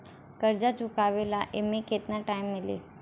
कर्जा चुकावे ला एमे केतना टाइम मिली?